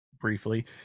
briefly